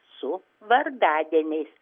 su vardadieniais